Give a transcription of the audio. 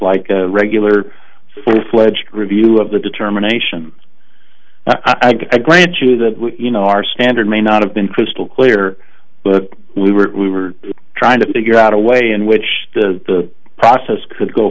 like a regular full fledged review of the determination i grant you that you know our standard may not have been crystal clear but we were we were trying to figure out a way in which the process could go